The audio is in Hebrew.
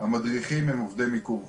המדריכים הם עובדי מיקור חוץ.